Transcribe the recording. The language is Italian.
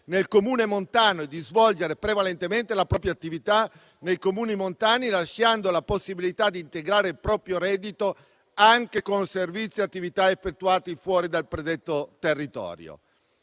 nel Comune montano e di svolgere prevalentemente la propria attività nei Comuni montani, lasciando la possibilità di integrare il proprio reddito anche con servizi e attività effettuati fuori dal predetto territorio.